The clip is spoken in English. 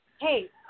Hey